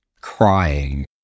crying